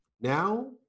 Now